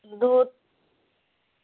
दो